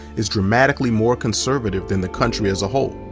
is dramatically more conservative than the country as a whole.